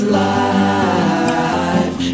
life